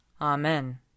Amen